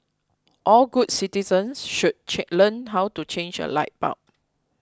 all good citizens should learn how to change a light bulb